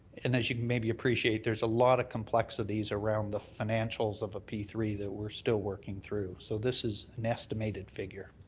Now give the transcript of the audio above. and as you can maybe appreciate, there's a lot of complexities around the financials of a p three that we're still working through. so this is an estimated figure.